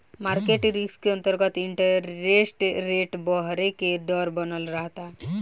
market risk के अंतरगत interest rate बरहे के डर बनल रहता